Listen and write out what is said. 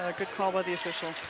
ah good call by the official.